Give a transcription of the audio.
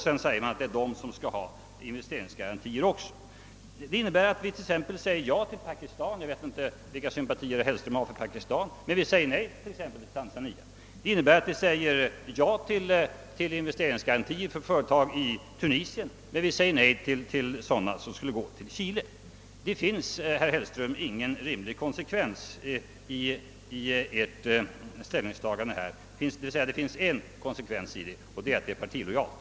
Sedan säger man att det är de som också skall ha investeringsgarantier. Det betyder t.ex. att vi säger ja till Pakistan — jag vet inte vilka sympatier herr Hellström har för det landet — men nej till Tanzania. Det innebär också att vi säger ja till investeringsgarantier för företag i Tunisien men nej till sådana som skulle gå till Chile. Det finns, herr Hellström, ingen annan konsekvens i ert ställningstagande här, än partilojalitetens.